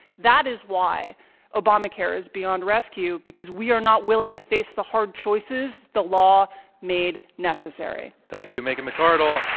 that is why obamacare is beyond rescue, because we are not willing to face the hard choices the law made necessary. thank you, megan mcardle.